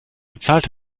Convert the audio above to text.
bezahlt